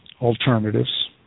alternatives